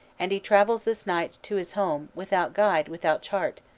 and he travels this night to his home without guide, without chart